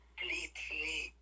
completely